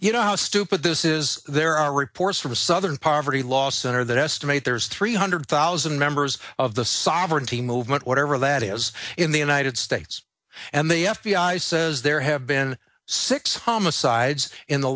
you know how stupid this is there are reports from the southern poverty law center that estimate there is three hundred thousand members of the sovereignty movement whatever that is in the united states and the f b i says there have been six homicides in the